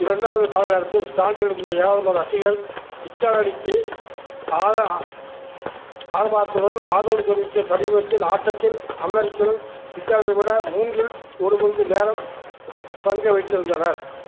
இரண்டாவது கால நேரத்தில் ஸ்டாண்டில் இருந்த ஏராளமான ரசிகர் இத்தாலி அணிக்கு ஆர ஆரவாரத்துடன் ஆதரவு தெரிவித்த சமீபத்தில் ஆட்டத்தில் அமெரிக்கர்கள் இத்தாலியர்களை விட மூன்றில் ஒரு பங்கு நேரம் பங்கை வைத்திருந்தனர்